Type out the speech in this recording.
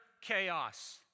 chaos